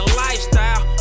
lifestyle